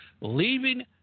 leaving